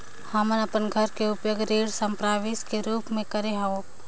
हमन अपन घर के उपयोग ऋण संपार्श्विक के रूप म करे हों